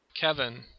Kevin